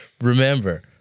remember